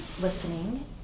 listening